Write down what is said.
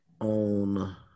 on